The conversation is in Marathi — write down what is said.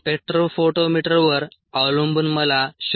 स्पेक्ट्रोफोटोमीटरवर अवलंबून मला 0